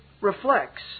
reflects